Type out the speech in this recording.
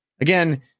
Again